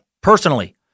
personally